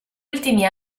ultimi